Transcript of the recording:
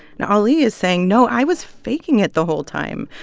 and ali is saying, no, i was faking it the whole time.